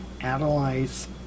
analyze